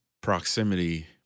proximity